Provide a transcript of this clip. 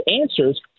answers